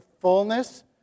fullness